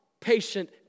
patient